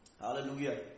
Hallelujah